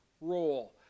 role